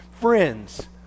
friends